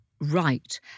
right